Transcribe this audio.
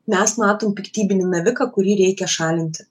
mes matom piktybinį naviką kurį reikia šalinti